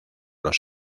los